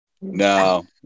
No